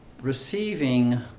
receiving